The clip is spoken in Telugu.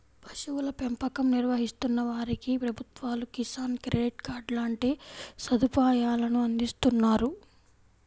పశువుల పెంపకం నిర్వహిస్తున్న వారికి ప్రభుత్వాలు కిసాన్ క్రెడిట్ కార్డు లాంటి సదుపాయాలను అందిస్తున్నారు